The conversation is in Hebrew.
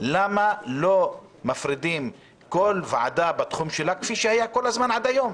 למה לא מפרידים כל ועדה בתחום שלה כפי שהיה כל הזמן עד היום,